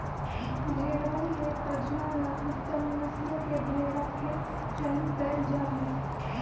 भेंड़वन के प्रजनन ला उत्तम नस्ल के भेंड़ा के चयन कइल जाहई